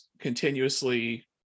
continuously